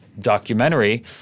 documentary